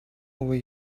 over